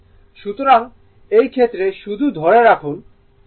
সুতরাং এই ক্ষেত্রে শুধু ধরে রাখুন